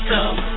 Come